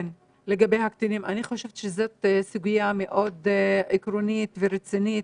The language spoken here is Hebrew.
אני חושבת שזאת סוגיה מאוד עקרונית ורצינית,